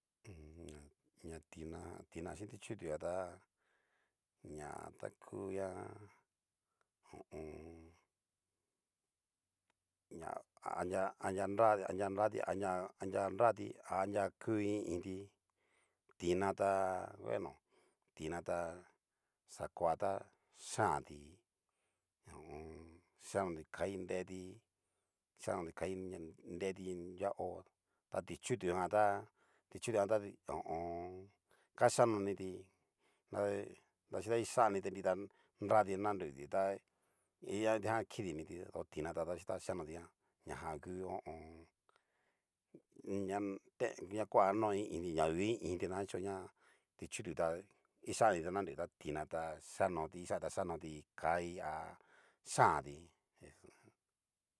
Ña tinan chin ti'chutu jan tá ña ta ku ña ho o on. ña anria anria ra anria nrati a anria ku i iin ti tina ta bueno tina tá, xakoa ta yianti ho o on. yianoti kai nreti yikanoti kai nreti nrukuan hó, ta ti'chutu jan ta ta ti'chutu jan ta kachanoniti hay davaxhichi ta kichanniti ta nrati nanruti tá iha kitijan kidiniti, to tina tadaxhichi chiano kitijan ña jan ngu ho o on. na te na kuano i iinti na du i iin na kachoña ti'chutu ta ichanti ta nanruti ta tina ta yianoti kichanti ta xhianoti kai ha xhianti.